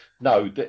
no